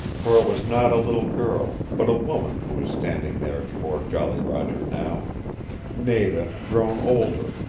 for it was not a little girl, but a woman who was standing there before jolly roger now nada grown older,